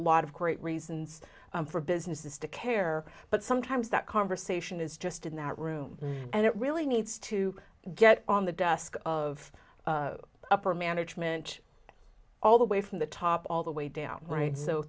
lot of great reasons for businesses to care but sometimes that conversation is just in that room and it really needs to get on the desk of upper management all the way from the top all the way down right so